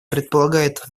предполагает